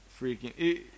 freaking